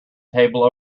table